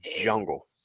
jungle